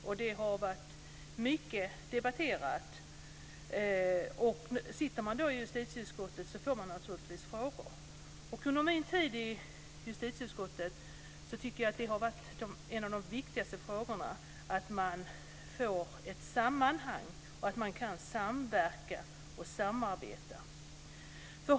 Frågan har varit mycket debatterad, och sitter man i justitieutskottet får man naturligtvis frågor. Under min tid i justitieutskottet har det varit en av de viktigaste frågorna att man får ett sammanhang, att man kan samverka och samarbeta.